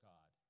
God